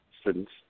students